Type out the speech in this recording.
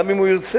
גם אם הוא ירצה,